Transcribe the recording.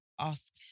ask